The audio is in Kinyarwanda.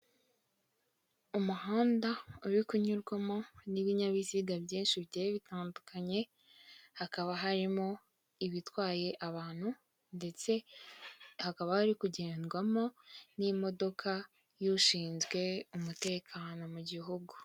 Umuhanda uri kunyurwamo n'ibinyabiziga byinshi bigiye bitandukanye, hakaba harimo ibitwaye abantu, ndetse hakaba hari kugendwamo n'imodoka, y'ushinzwe umutekano mu gihugu.